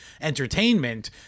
entertainment